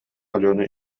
алена